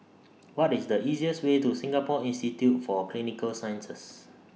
What IS The easiest Way to Singapore Institute For Clinical Sciences